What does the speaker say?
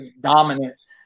dominance